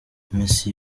messi